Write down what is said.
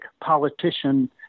politician